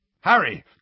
Harry